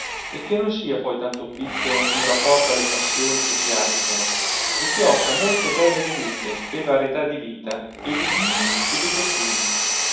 e che non sia poi tanto piccolo in rapporto alle passioni che ci agitano e che offra molte belle vedute e varietà di vita e di climi e di costumi